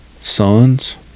sons